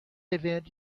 event